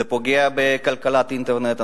זה פוגע בכלכלת אינטרנט.